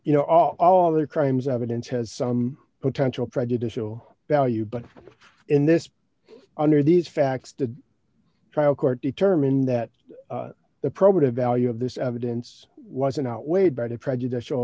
you know all their crimes evidence has some potential prejudicial value but in this under these facts the trial court determined that the probative value of this evidence wasn't outweighed by the prejudicial